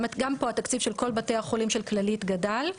גם פה התקציב של כל בתי החולים של כללית גדל.